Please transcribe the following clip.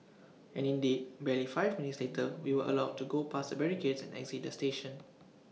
and indeed barely five minutes later we were allowed to go past the barricades and exit the station